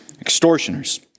extortioners